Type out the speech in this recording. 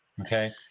okay